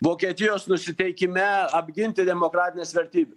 vokietijos nusiteikime apginti demokratines vertybes